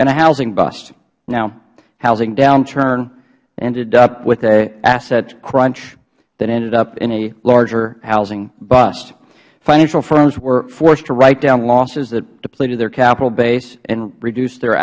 a housing busth now housing downturn ended up with an asset crunch that ended up in a larger housing bust financial firms were forced to write down losses that depleted their capital base and reduced their